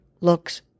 looks